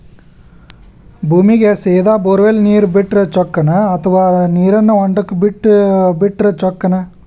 ಭೂಮಿಗೆ ಸೇದಾ ಬೊರ್ವೆಲ್ ನೇರು ಬಿಟ್ಟರೆ ಚೊಕ್ಕನ ಅಥವಾ ನೇರನ್ನು ಹೊಂಡಕ್ಕೆ ಬಿಟ್ಟು ಬಿಟ್ಟರೆ ಚೊಕ್ಕನ?